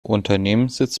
unternehmenssitz